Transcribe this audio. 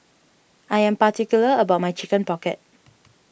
I am particular about my Chicken Pocket